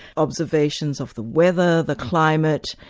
observations of the weather, the climate,